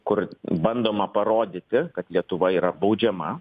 kur bandoma parodyti kad lietuva yra baudžiama